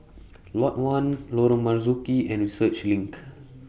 Lot one Lorong Marzuki and Research LINK